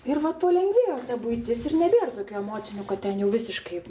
ir vat palengvėjo buitis ir nebėr tokių emocinių kad ten jau visiškai